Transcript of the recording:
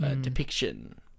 depiction